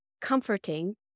comforting